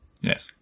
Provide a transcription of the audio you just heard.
yes